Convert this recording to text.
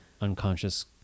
unconscious